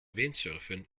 windsurfen